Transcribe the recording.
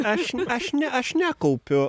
aš ne aš ne aš nekaupiu